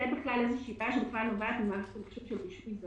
זה בעיה שנובעת ממערכת מחשוב של גושים,